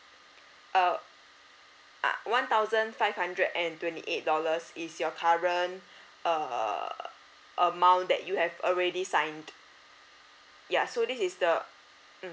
uh ah one thousand five hundred and twenty eight dollars is your current uh amount that you have already signed ya so this is the